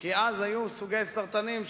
כי אז היו סוגי סרטן,